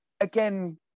again